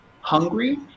hungry